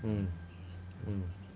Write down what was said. mm mm